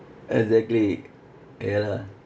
exactly ya lah